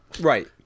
right